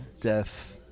death